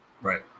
Right